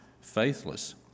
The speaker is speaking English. faithless